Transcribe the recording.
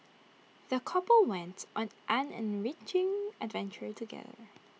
the couple wents on an enriching adventure together